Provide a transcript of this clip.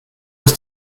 ist